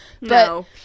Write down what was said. No